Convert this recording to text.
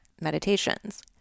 meditations